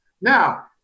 Now